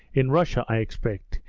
in russia, i expect,